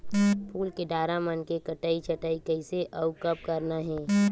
फूल के डारा मन के कटई छटई कइसे अउ कब करना हे?